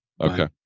Okay